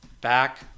Back